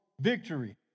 victory